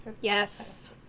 Yes